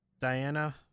Diana